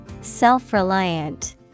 Self-reliant